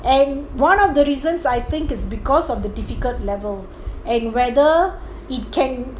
and one of the reasons I think is because of the difficult level and whether it can